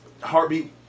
heartbeat